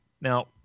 now